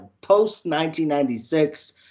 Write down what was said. post-1996